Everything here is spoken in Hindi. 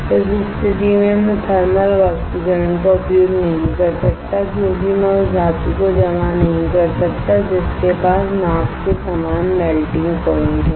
उस स्थिति में मैं थर्मलवाष्पीकरण का उपयोग नहीं कर सकता क्योंकि मैं उस धातु को जमा नहीं कर सकता जिसके पास नाव के समान मेल्टिंग प्वाइंट है